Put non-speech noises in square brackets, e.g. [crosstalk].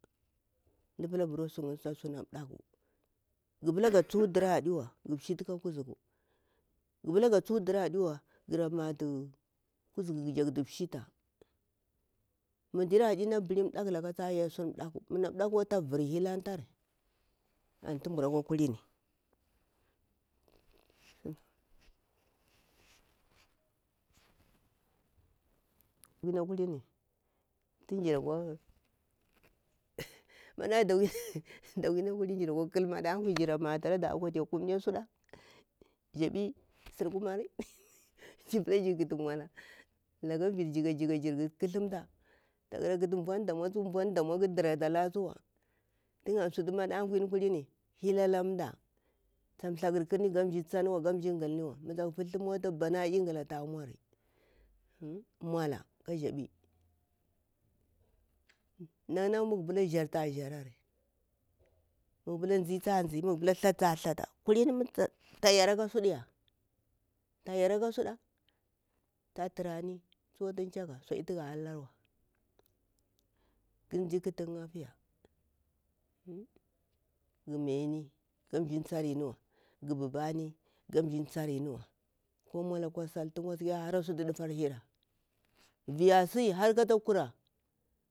Nɗi pulah abarwa sunah mɗaku gupulah [noise] ga tsuhu dirah hadiwa gu shitah ka kuzuku, gu palah ga tsuhwa diraha ɗiwa gahrah matu kuzuku gujak shimta muh dirakaɗi nah bakataka tah yasu ɗaku munah ɗakawa tah vari hitantari, antu antu burakwah, kulini mjinah kulini tuu girakwah [laughs] madh daƙwai na kulini tuu girakwa khal maɗa ukwai gira matalaɗa aƙwati kumya suɗa, jebe sirkumari, [laughs] jirpulah girpulah gir khata mbwalah lalaah bir jikah jikah gir lathlamta daƙrah kutu mbwani ɗamwah kha diretalah tsuwah, tan ansuthu, maɗankwi kuthini hilalahnda tan thlakar karni kamji ngalniwa tan thlakur karni gamji tsiniwa, gamji diniwa mtak fultu mota banah england takh nmuri [hesitation] nmulah kah jaɓi nhan nhan nmugupulah njari ta jarari mgupul nzita nzi mnuguplah thlatah ta thlatah kulini tayara kah suɗiya tah yarahi kah su ɗa tah thrami tsu tah chagah suɗe thagah hallawa tunzi kutha nkha afiyah [hesitation] gu miyauni gamji tsariniwa ka nmulah ko sal tun wasiki a harah sutu ɗifa hirah viyah a siyi har kata kura.